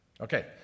Okay